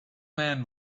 man